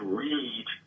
read –